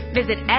visit